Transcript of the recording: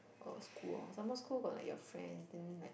uh school orh some more school got like your friends then like